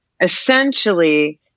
Essentially